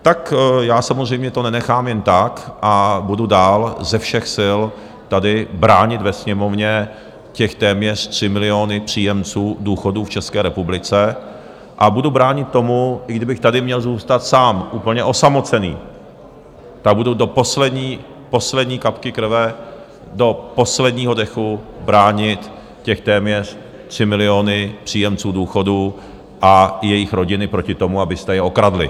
Tak já samozřejmě to nenechám jen tak a budu dál ze všech sil tady bránit ve Sněmovně ty téměř 3 miliony příjemců důchodů v České republice a budu bránit tomu, i kdybych tady měl zůstat sám úplně osamocený, tak budu do poslední kapky krve, do posledního dechu bránit ty téměř 3 miliony příjemců důchodů a jejich rodiny proti tomu, abyste je okradli.